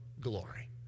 glory